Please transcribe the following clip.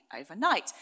overnight